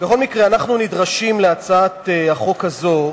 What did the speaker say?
בכל מקרה, אנחנו נדרשים להצעת החוק הזאת,